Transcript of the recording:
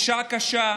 בשעה קשה,